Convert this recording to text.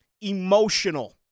emotional